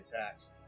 attacks